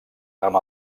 amb